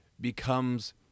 becomes